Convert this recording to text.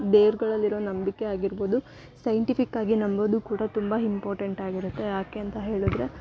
ದೇವ್ರುಗಳಲ್ಲಿರೋ ನಂಬಿಕೆ ಆಗಿರ್ಬೌದು ಸೈನ್ಟಿಫಿಕ್ಕಾಗಿ ನಂಬೋದು ಕೂಡ ತುಂಬ ಇಂಪೋಟೆಂಟ್ ಆಗಿರುತ್ತೆ ಯಾಕೆ ಅಂತ ಹೇಳಿದ್ರೆ